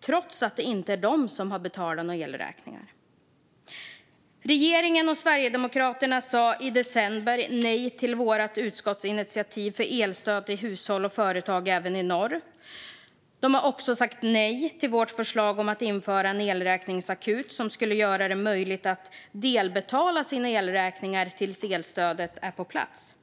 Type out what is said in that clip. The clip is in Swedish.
trots att det inte är de som har betalat elräkningarna. Regeringen och Sverigedemokraterna sa i december nej till vårt utskottsinitiativ för elstöd till hushåll och företag även i norr. De har också sagt nej till vårt förslag om att införa en elräkningsakut som skulle göra det möjligt att delbetala sina elräkningar tills elstödet är på plats.